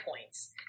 points